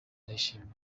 ndayishimiye